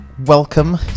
Welcome